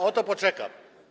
O, to poczekam.